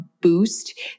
boost